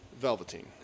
Velveteen